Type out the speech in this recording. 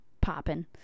popping